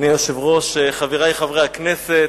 אדוני היושב-ראש, חברי חברי הכנסת,